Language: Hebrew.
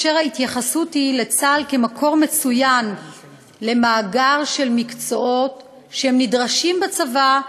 וההתייחסות לצה"ל כאל מקור מצוין למאגר של מקצועות שנדרשים בצבא,